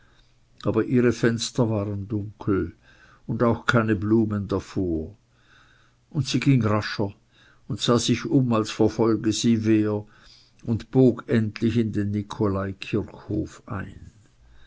aber ihre fenster waren dunkel und auch keine blumen davor und sie ging rascher und sah sich um als verfolge sie wer und bog endlich in den nikolaikirchhof ein